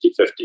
50-50